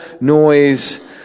noise